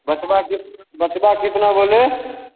बचवा किस बचवा कितना बोले